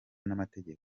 n’amategeko